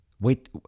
Wait